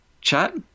chat